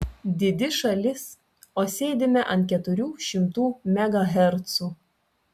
didi šalis o sėdime ant keturių šimtų megahercų